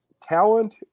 talent